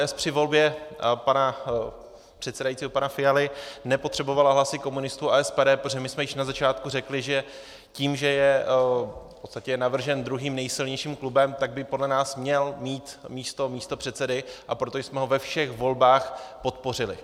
ODS při volbě pana předsedajícího, pana Fialy, nepotřebovala hlasy komunistů a SPD, protože my jsme již na začátku řekli, že tím, že je v podstatě navržen druhým nejsilnějším klubem, tak by podle nás měl mít místo místopředsedy, a proto jsme ho ve všech volbách podpořili.